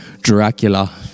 Dracula